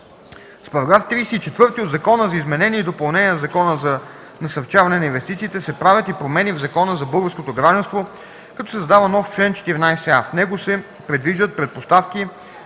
С § 34 от Закона за изменение и допълнение на Закона за насърчаване на инвестициите се правят и промени в Закона за българското гражданство, като се създава нов чл. 14а. В него се предвиждат предпоставки,